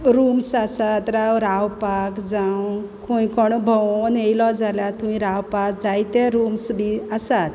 rooms आसात रावपाक जावं खूंय कोणू भोंवोन येयलो जाल्यार थंयी रावपाक जायते रुम्स बी आसात